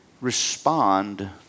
respond